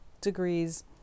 degrees